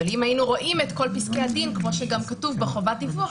אבל אם היינו רואים את כל פסקי הדין כמו שגם כתוב בחובת הדיווח,